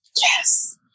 Yes